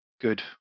good